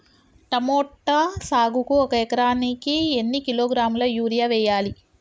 Tomato సాగుకు ఒక ఎకరానికి ఎన్ని కిలోగ్రాముల యూరియా వెయ్యాలి?